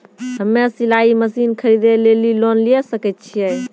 हम्मे सिलाई मसीन खरीदे लेली लोन लिये सकय छियै?